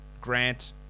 Grant